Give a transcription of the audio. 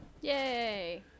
Yay